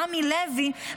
רמי לוי,